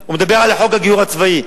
הוא מדבר על חוק הגיור הצבאי,